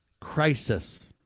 crisis